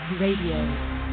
Radio